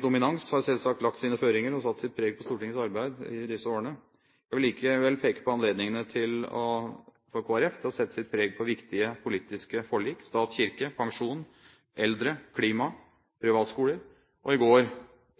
dominans har selvsagt lagt sine føringer og satt sitt preg på Stortingets arbeid i disse årene. Jeg vil likevel peke på anledningene for Kristelig Folkeparti til å sette sitt preg på viktige politiske forlik: kirke–stat, pensjon eldre, klima, privatskoler og i går